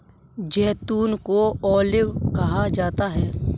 जैतून को ऑलिव कहा जाता है